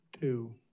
two